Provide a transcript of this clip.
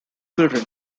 children